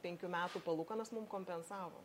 penkių metų palūkanas mum kompensavo